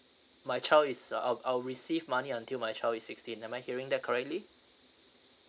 my child is uh I'll I'll receive money until my child is sixteen am I hearing that correctly